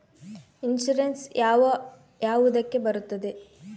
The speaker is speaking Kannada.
ಇನ್ಶೂರೆನ್ಸ್ ಯಾವ ಯಾವುದಕ್ಕ ಬರುತ್ತೆ?